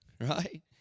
Right